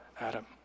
Adam